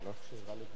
ההצעה להעביר את